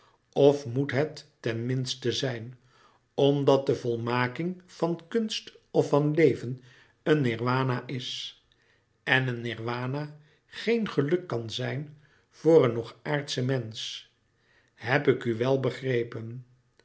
of moet het ten minste zijn omdat de volmaking van kunst of van leven een nirwana is en een nirwana geen geluk kan zijn voor een nog aardsche mensch heb ik u wel begrepen